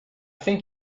think